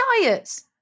diets